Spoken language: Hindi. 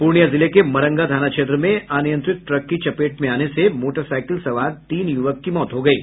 पूर्णियां जिले के मरंगा थाना क्षेत्र में अनियंत्रित ट्रक की चपेट में आने से मोटरसाईकिल सवार तीन युवक की मौत हो गयी